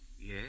Yes